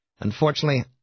Unfortunately